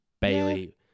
Bailey